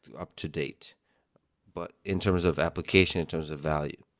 up-to-date, but in terms of applications, it terms of value.